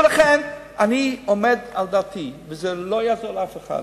ולכן אני עומד על דעתי, וזה לא יעזור לאף אחד.